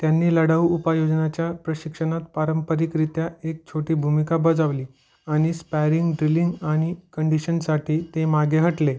त्यांनी लढाऊ उपयोजनाच्या प्रशिक्षणात पारंपरिकरित्या एक छोटी भूमिका बजावली आणि स्पॅरिंग ड्रिलिंग आणि कंडिशनसाठी ते मागे हटले